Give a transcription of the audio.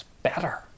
better